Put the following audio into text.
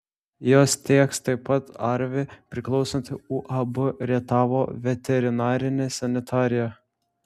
juos tieks taip pat arvi priklausanti uab rietavo veterinarinė sanitarija